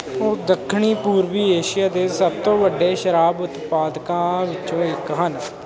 ਉਹ ਦੱਖਣੀ ਪੂਰਬੀ ਏਸ਼ੀਆ ਦੇ ਸਭ ਤੋਂ ਵੱਡੇ ਸ਼ਰਾਬ ਉਤਪਾਦਕਾਂ ਵਿੱਚੋਂ ਇੱਕ ਹਨ